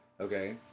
Okay